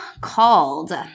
called